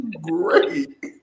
Great